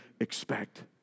expect